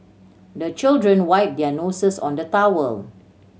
the children wipe their noses on the towel